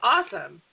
Awesome